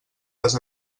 les